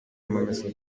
amamesa